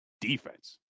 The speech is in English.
defense